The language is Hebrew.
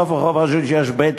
בסוף הרחוב יש בית-עלמין.